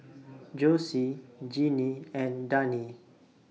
Jossie Genie and Dani